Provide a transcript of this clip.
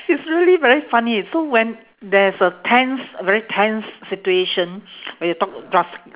it's really very funny eh so when there's a tense a very tense situation when you talk dras~